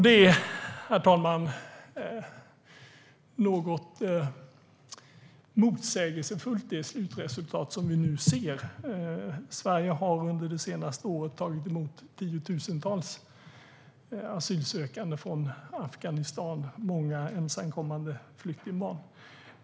Det slutresultat som vi nu ser, herr talman, är något motsägelsefullt. Sverige har under det senaste året tagit emot tiotusentals asylsökande från Afghanistan, varav många ensamkommande flyktingbarn.